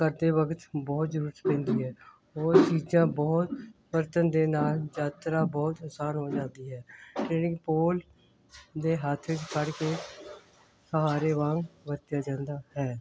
ਕਰਦੇ ਵਕਤ ਬਹੁਤ ਜ਼ਰੂਰਤ ਪੈਂਦੀ ਹੈ ਹੋਰ ਚੀਜ਼ਾਂ ਬਹੁਤ ਵਰਤਣ ਦੇ ਨਾਲ ਯਾਤਰਾ ਬਹੁਤ ਆਸਾਨ ਹੋ ਜਾਂਦੀ ਹੈ ਟ੍ਰੇਨਿੰਗ ਪੋਲ ਦੇ ਹੱਥ ਵਿੱਚ ਫੜ ਕੇ ਸਹਾਰੇ ਵਾਂਗ ਵਰਤਿਆ ਜਾਂਦਾ ਹੈ